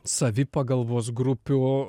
savipagalvos grupių